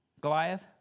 Goliath